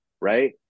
Right